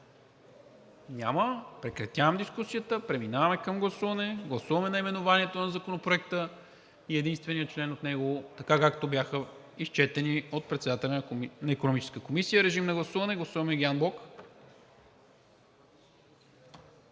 Няма. Прекратявам дискусията. Преминаваме към гласуване. Гласуваме наименованието на Законопроекта и единствения член от него, така както бяха изчетени от председателя на Икономическата комисия. Режим на гласуване. Гласуваме ги анблок.